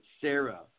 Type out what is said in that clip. Sarah